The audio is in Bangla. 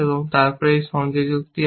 তারপর এই সংযোজকটি আসে